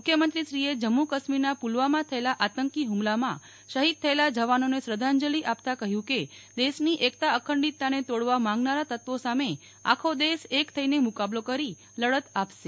મુખ્યમંત્રીશ્રીએ જમ્મુ કશ્મિરના પુલવામા થયેલા આંતકી હુમલામાં શહીદ થયેલા જવાનોને શ્રદ્ધાંજલિ આપતાં કહ્યું કેદેશની એકતા અખંડિતતાને તોડવા માંગનારા તત્વો સામે આખો દેશ એક થઈને મુકાબલો કરશે લડત આપશે